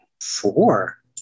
Four